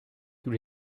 tous